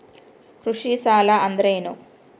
ಕೃಷಿ ಸಾಲ ಅಂದರೇನು?